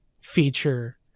feature